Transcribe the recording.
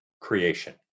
creation